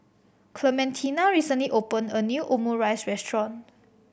Clementina recently opened a new Omurice Restaurant